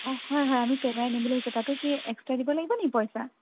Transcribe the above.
অঁ হয় হয় আমি কেমেৰা নিম বুলি ভাবিছোঁ তাতো কি এক্সট্ৰা দিব লাগিব নেকি পইচা